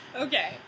Okay